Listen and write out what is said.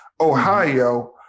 Ohio